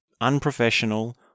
unprofessional